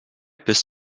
bis